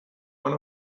one